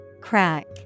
Crack